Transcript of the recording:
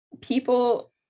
people